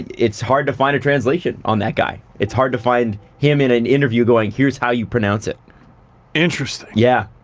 it's hard to find a translation on that guy it's hard to find him in an interview going here's how you pronounce it interesting. yeah.